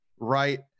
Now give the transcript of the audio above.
right